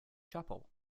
chapel